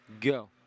go